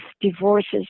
divorces